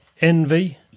Envy